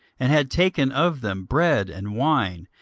and had taken of them bread and wine,